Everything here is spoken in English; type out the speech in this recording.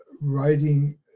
writing